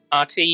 Rt